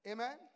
Amen